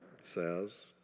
says